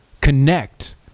Connect